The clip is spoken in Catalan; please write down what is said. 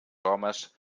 homes